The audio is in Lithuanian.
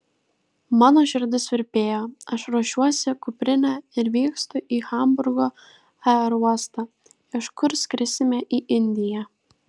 mano širdis virpėjo aš ruošiuosi kuprinę ir vykstu į hamburgo aerouostą iš kur skrisime į indiją